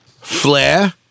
Flair